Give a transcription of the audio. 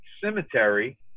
cemetery